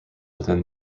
within